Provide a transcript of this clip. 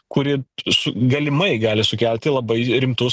kuri su galimai gali sukelti labai rimtus